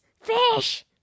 fish